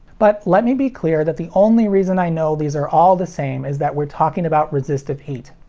but, let me be clear that the only reason i know these are all the same is that we're talking about resistive heat.